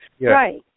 Right